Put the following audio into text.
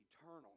eternal